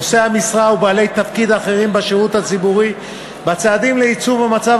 נושאי המשרה ובעלי תפקיד אחרים בשירות הציבורי בצעדים לייצוב המצב